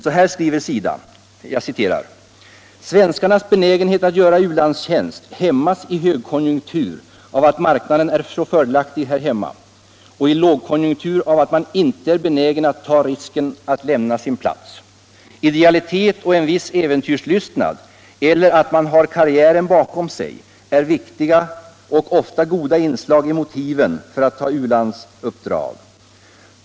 SIDA skriver: "Svenskarnas benägenhet att göra u-landstjänst hämmas i högkonjunktur av att marknaden är så fördelaktig här hemma — och 1 lågkonjunktur av att man inte är benägen att ta risken av att lämna sin plats. Idealitet och en viss äventyrslystnad — eller att man har karriären bakom sig — är viktiga och ofta goda inslag i motiven för att ta u-landsuppdrag.